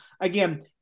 Again